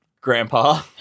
grandpa